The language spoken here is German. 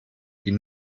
die